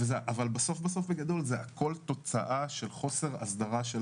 אבל בסוף בגדול זה תוצאה של חוסר הסדרה של